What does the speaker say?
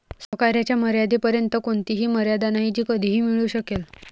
सहकार्याच्या मर्यादेपर्यंत कोणतीही मर्यादा नाही जी कधीही मिळू शकेल